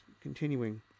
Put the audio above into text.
Continuing